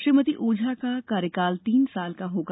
श्रीमती ओझा का कार्यकाल तीन वर्ष का होगा